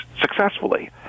successfully